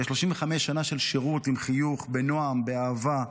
35 שנה של שירות עם חיוך, בנועם, באהבה.